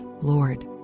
Lord